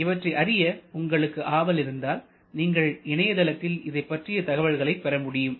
இவற்றை அறிய உங்களுக்கு ஆவல் இருந்தால் நீங்கள் இணையதளத்தில் இதைப்பற்றி பற்றிய தகவல்களை பெற முடியும்